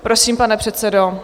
Prosím, pane předsedo.